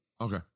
Okay